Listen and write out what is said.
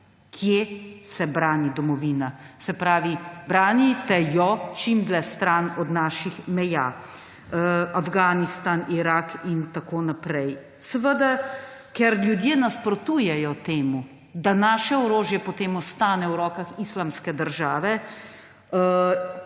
Kje se brani domovina? Branite jo čim dlje stran od naših meja – Afganistan, Irak in tako naprej. Ker ljudje nasprotujejo temu, da naše orožje potem ostane v rokah Islamske države,